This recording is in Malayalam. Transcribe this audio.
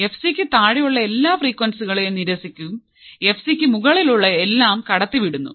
എഫ്സിക്ക് താഴെയുള്ള എല്ലാ ഫ്രീക്വൻസികളെയും നിരസിക്കും എഫ്സിക്ക് മുകളിലുള്ള എല്ലാം കടത്തിവിടുന്നു